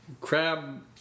crab